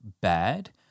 bad